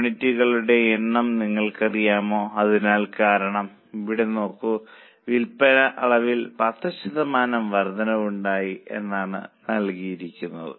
യൂണിറ്റുകളുടെ എണ്ണം നിങ്ങൾക്കറിയാമോ അറിയാം കാരണം ഇവിടെ നോക്കൂ വിൽപ്പന അളവിൽ 10 ശതമാനം വർധനവുണ്ടായി എന്നാണ് നൽകിയിരിക്കുന്നത്